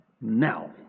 now